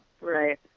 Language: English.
Right